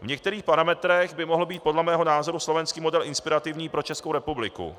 V některých parametrech by mohl být podle mého názoru slovenský model inspirativní pro Českou republiku.